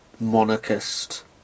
monarchist